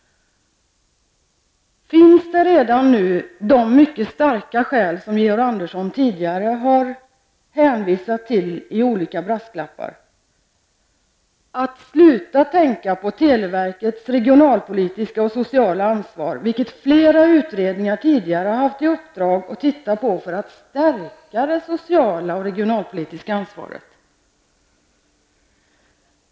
Finns redan nu de mycket starka skälen, som Georg Andersson tidigare har hänvisat till i olika brasklappar, till att sluta tänka på televerkets regionalpolitiska och sociala ansvar, vilket flera utredningar tidigare har haft i uppdrag att se över för att stärka det sociala och regionalpolitiska ansvaret.